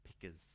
pickers